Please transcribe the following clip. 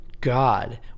god